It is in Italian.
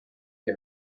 che